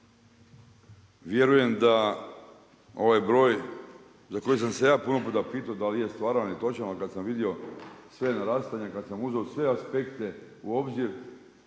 Vjerujem da ovaj broj za koji sam se ja puno puta pitao da li je stvaran i točan, ali kad sam vidio sve …/Govornik se ne razumije./… kad sam uzeo sve aspekte u obzir